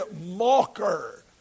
mocker